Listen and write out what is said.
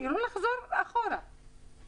הם מודעים לצורך להחזיר את הכספים.